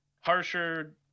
harsher